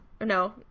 No